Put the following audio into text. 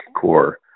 core